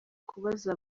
kubaza